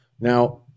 Now